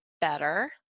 better